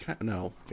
no